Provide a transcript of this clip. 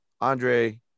Andre